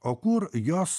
o kur jos